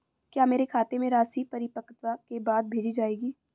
क्या मेरे खाते में राशि परिपक्वता के बाद भेजी जाएगी?